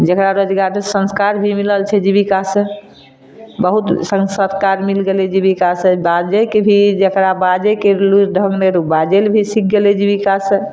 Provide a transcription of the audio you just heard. जेना रोजगारी संस्कार भी मिलल छै जीबिका से बहुत सं संस्कार मिल गेलै जीबिका से बाजेके भी जेकरा बाजेके लूरि ढङ्ग नहि रहय ओ बाजै लऽ भी सीख गेलै जीबिका से